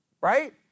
right